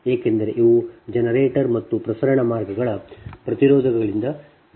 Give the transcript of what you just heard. ಏಕೆಂದರೆ ಇವು ಜನರೇಟರ್ ಮತ್ತು ಪ್ರಸರಣ ಮಾರ್ಗಗಳ ಪ್ರತಿರೋಧಗಳಿಗಿಂತ ಬಹಳ ದೊಡ್ಡದಾಗಿದೆ